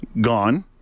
Gone